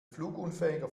flugunfähiger